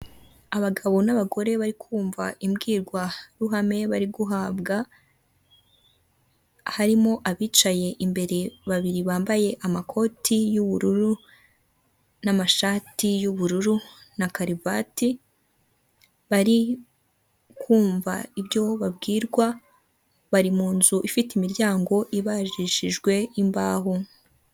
Abagabo n'abagore bari kumva imbwirwaruhame bari guhabwa haririmo abicaye imbere babiri bambaye amakoti y'ubururu n'amashati y'ubururu na karivati bari kumvamva ibyo babwirwa bari mu inzu ifite imiryango ibajishijwe mu imbahu.